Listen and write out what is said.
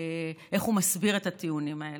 איך הוא מסביר את הטיעונים האלה,